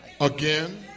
again